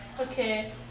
Okay